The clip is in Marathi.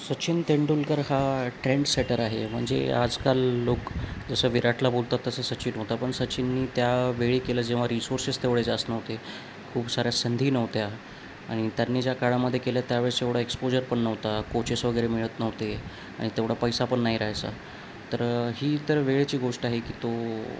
सचिन तेंडुलकर हा ट्रेंड सेटर आहे म्हणजे आजकाल लोक जसं विराटला बोलतात तसं सचिन होता पण सचिननी त्या वेळी केलं जेव्हा रिसोर्सेस तेवढे जास्त नव्हते खूप साऱ्या संधी नव्हत्या आणि त्यांनी ज्या काळामध्ये केल्या त्यावेळेस एवढा एक्सपोजर पण नव्हता कोचेस वगैरे मिळत नव्हते आणि तेवढा पैसा पण नाही राहायचा तर ही इतर वेळेची गोष्ट आहे की तो